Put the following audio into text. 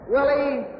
Willie